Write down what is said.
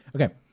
Okay